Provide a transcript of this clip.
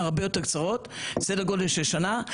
סדר גודל של שנה,